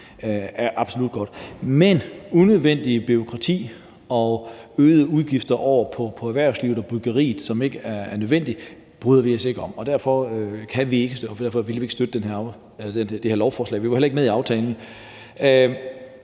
er absolut godt, men at lægge unødvendigt bureaukrati og øgede udgifter over på erhvervslivet og byggeriet bryder vi os ikke om. Derfor vil vi ikke støtte det her lovforslag. Vi er heller ikke med i aftalen.